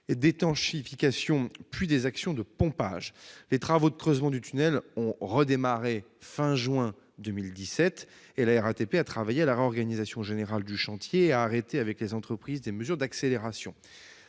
d'étanchéification, puis des actions de pompage. Les travaux de creusement du tunnel ont redémarré à la fin du mois de juin 2017. La RATP a travaillé à la réorganisation générale du chantier et a arrêté, avec les entreprises, des mesures d'accélération.